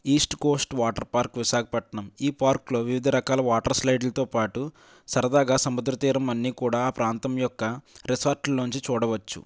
east coast water park Visakhapatnam ఈ పార్క్లో వివిధ రకాల వాటర్ స్లైడ్లతో పాటు సరదాగా సముద్ర తీరం అన్ని కూడా ఆ ప్రాంతం యొక్క రిసార్ట్ల్లో నుంచి చూడవచ్చు